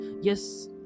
yes